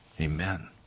Amen